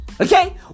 Okay